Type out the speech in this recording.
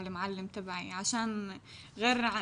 עם המורים שלי מפני שאני חייבת לעשות הכל דרך הזום